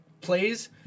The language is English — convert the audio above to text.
plays